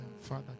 Father